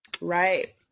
Right